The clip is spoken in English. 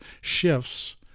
shifts –